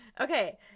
Okay